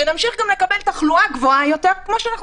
וגם נמשיך לקבל תחלואה גבוהה יותר כמו שאנחנו